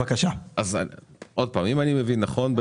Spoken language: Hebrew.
אם אני מבין נכון,